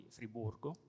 Friburgo